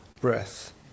breath